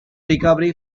recovery